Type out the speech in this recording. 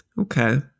Okay